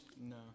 No